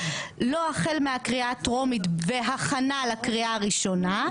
לא החל מהקריאה הטרומית והכנה לקריאה הראשונה,